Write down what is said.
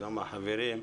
וגם החברים,